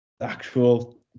actual